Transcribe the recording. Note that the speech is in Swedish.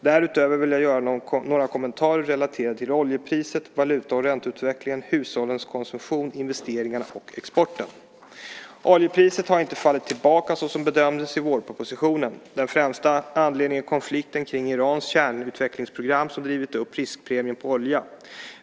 Därutöver vill jag göra några kommentarer relaterade till oljepriset, valuta och ränteutvecklingen, hushållens konsumtion, investeringarna och exporten. Oljepriset har inte fallit tillbaka såsom bedömdes i vårpropositionen. Den främsta anledningen är konflikten kring Irans kärnutvecklingsprogram som drivit upp riskpremien på olja.